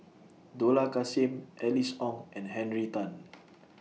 Dollah Kassim Alice Ong and Henry Tan